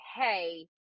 hey